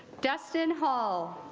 dustin hall